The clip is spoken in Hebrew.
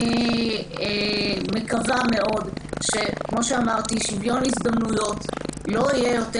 אני מקווה מאוד ששוויון הזדמנות לא יהיה יותר